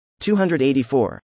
284